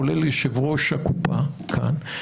כולל עם יושב ראש הקופה כאן,